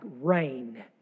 rain